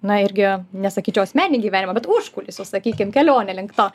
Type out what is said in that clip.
na irgi nesakyčiau asmeninį gyvenimą bet užkulisius sakykim kelionę link to